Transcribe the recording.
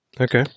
Okay